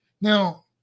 Now